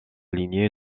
lignée